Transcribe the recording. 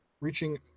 reaching